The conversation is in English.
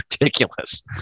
ridiculous